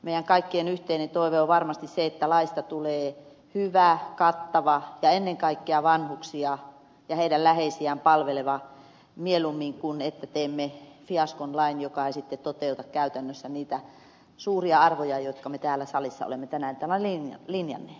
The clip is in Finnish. meidän kaikkien yhteinen toiveemme on varmasti se että laista tulee hyvä kattava ja ennen kaikkea vanhuksia ja heidän läheisiään palveleva mieluummin kuin että teemme fiaskon lain joka ei sitten toteuta käytännössä niitä suuria arvoja jotka me täällä salissa olemme tänään linjanneet